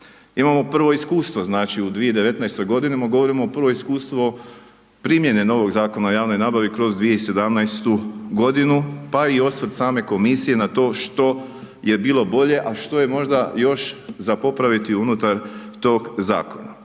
Imamo prvo iskustvo, znači u 2019. godini govorimo o prvo iskustvo primjene novog Zakona o javnoj nabavi kroz 2017. godinu pa i osvrt same komisije na to što je bilo bolje a što je možda još za popraviti unutar tog zakona.